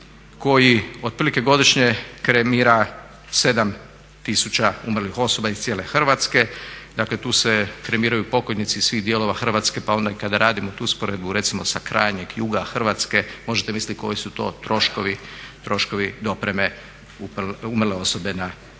koji otprilike godišnje kremira 7000 umrlih osoba iz cijele Hrvatske. Dakle, tu se kremiraju pokojnici iz svih dijelova Hrvatske, pa onda i kada radimo tu usporedbu sa recimo krajnjeg juga Hrvatske možete misliti koji su to troškovi dopreme umrle osobe na kremiranje.